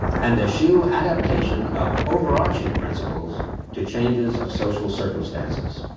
and eschew adaptation of overarching principles to changes of social circumstances.